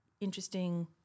interesting